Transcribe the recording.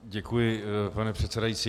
Děkuji, pane předsedající.